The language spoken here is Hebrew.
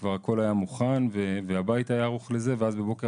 כבר הכל היה מוכן והבית היה ערוך לזה ואז בבוקר